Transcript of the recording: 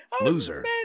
loser